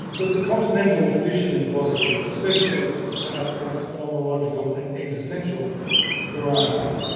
that the continental tradition in philosophy, especially perhaps in its phenomenological and existential varieties,